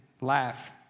laugh